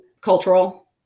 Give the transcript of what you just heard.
cultural